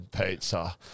pizza